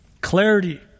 Clarity